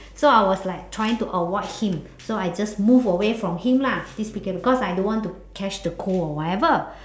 so I was like trying to avoid him so I just move away from him lah because I don't want to catch the cold or whatever